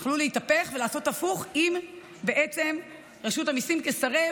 הם יוכלו להתהפך אם רשות המיסים תסרב